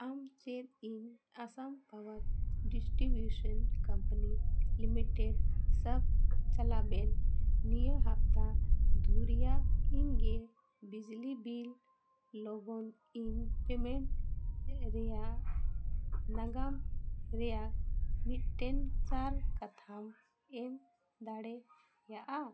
ᱟᱢ ᱪᱮᱫ ᱤᱧ ᱟᱥᱟᱢ ᱠᱟᱜᱚᱡᱽ ᱰᱤᱥᱴᱨᱤᱵᱤᱭᱩᱥᱚᱱ ᱠᱚᱢᱯᱟᱱᱤ ᱞᱤᱢᱤᱴᱮᱰ ᱥᱟᱯ ᱪᱟᱞᱟᱜ ᱵᱮᱱ ᱱᱤᱭᱟᱹ ᱦᱟᱯᱛᱟ ᱫᱷᱩᱨᱤᱭᱟ ᱤᱧ ᱜᱮ ᱵᱤᱡᱽᱞᱤ ᱵᱤᱞ ᱞᱚᱜᱚᱱ ᱤᱧ ᱯᱮᱢᱮᱱᱴ ᱨᱮᱭᱟᱜ ᱱᱟᱜᱟᱢ ᱨᱮᱭᱟᱜ ᱢᱤᱫᱴᱮᱱ ᱪᱟᱞ ᱠᱟᱛᱷᱟᱢ ᱮᱢ ᱫᱟᱲᱮᱭᱟᱜᱼᱟ